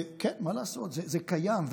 כן, מה לעשות, זה קיים.